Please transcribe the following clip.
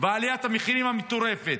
ועליית המחירים מטורפת,